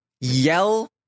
yell